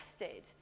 invested